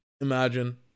Imagine